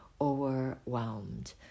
overwhelmed